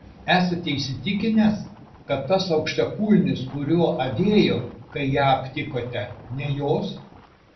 esate įsitikinęs kad tas aukštakulnis kuriuo avėjo kai ją aptikote ne jos